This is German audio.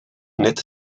nett